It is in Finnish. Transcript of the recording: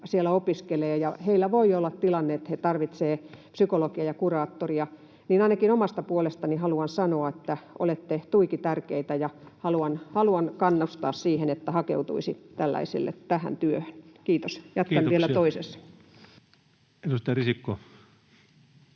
siellä opiskelevat ja heillä voi olla tilanne, että he tarvitsevat psykologia ja kuraattoria. Ainakin omasta puolestani haluan sanoa, että olette tuiki tärkeitä, ja haluan kannustaa siihen, että hakeuduttaisiin tähän työhön. — Kiitos. Jatkan vielä toisessa. [Speech 177] Speaker: